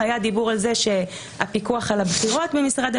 הוא שאנחנו נביא היום את הצעת החוק עם תיקוני נוסח מועטים